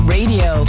Radio